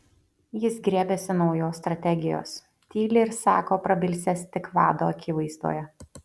jis griebiasi naujos strategijos tyli ir sako prabilsiąs tik vado akivaizdoje